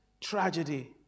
tragedy